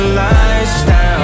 lifestyle